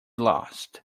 lost